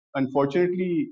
unfortunately